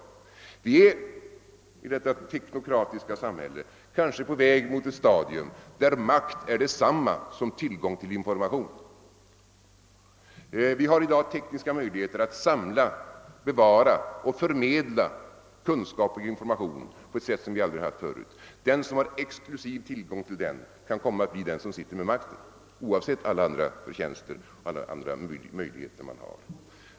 I dagens teknokratiska samhälle är vi kanske på väg mot ett stadium, där makt är detsamma som tillgång till information. Det finns i dag tekniska förutsättningar att samla, bevara och förmedla kunskap och information på ett sätt som aldrig förut. Den som har exklusiv tillgång till allt detta kommer att bli den som sitter vid makten, oavsett alla andra förtjänster och möjligheter.